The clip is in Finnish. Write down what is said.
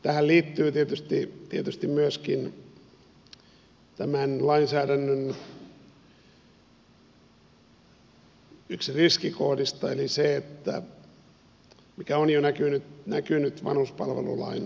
tähän liittyy tietysti myöskin tämän lainsäädännön yksi riskikohdista eli se mikä on jo näkynyt vanhuspalvelulain